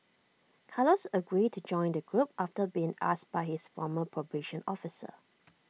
Carlos agreed to join the group after being asked by his former probation officer